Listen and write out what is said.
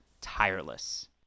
tireless